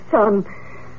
son